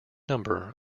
number